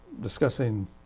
discussing